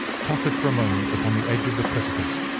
tottered for a moment upon the edge of the precipice,